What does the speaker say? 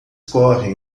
correm